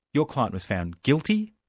your client was found guilty,